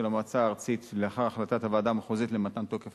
המועצה הארצית לאחר החלטת הוועדה המחוזית למתן תוקף